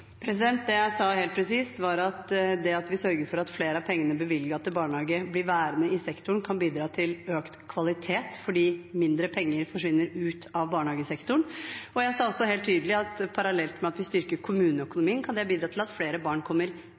Det jeg sa helt presist, var at det at vi sørger for at flere av pengene bevilget til barnehage blir værende i sektoren, kan bidra til økt kvalitet fordi mindre penger forsvinner ut av barnehagesektoren. Og jeg sa helt tydelig at parallelt med at vi styrker kommuneøkonomien, kan det bidra til at flere barn kommer